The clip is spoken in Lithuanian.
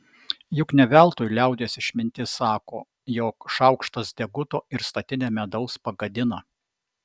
juk ne veltui liaudies išmintis sako jog šaukštas deguto ir statinę medaus pagadina